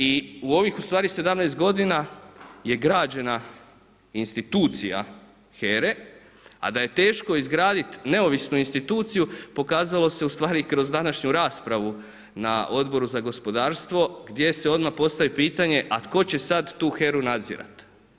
I u ovih ustvari 17 g. je građena institucija HERA-e a da je teško izgraditi neovisnu instituciju, pokazalo se ustvari kroz današnju raspravu na Odboru za gospodarstvo gdje se odmah postavilo pitanje a tko će sad tu HERA-u nadzirat?